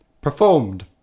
Performed